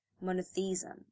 monotheism